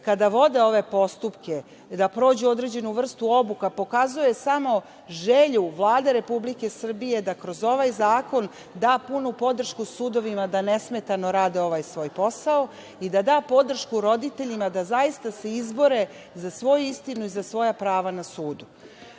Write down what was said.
kada vode ove postupke, da prođu određenu vrstu obuka, pokazuje samo želju Vlade Republike Srbije da kroz ovaj zakon da punu podršku sudovima da nesmetano rade ovaj svoj posao i da da podršku roditeljima da se zaista izbore za svoju istinu i za svoja prava na sudu. Na